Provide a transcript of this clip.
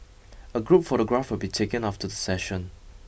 a group photograph will be taken after the session